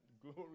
Glory